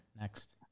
Next